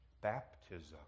baptism